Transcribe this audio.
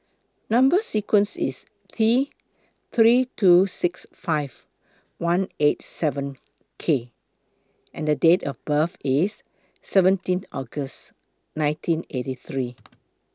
Number sequence IS T three two six five one eight seven K and Date of birth IS seventeen August nineteen eighty three